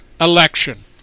election